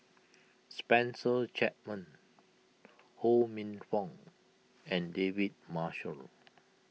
Spencer Chapman Ho Minfong and David Marshall